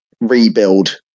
rebuild